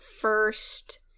first